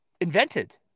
invented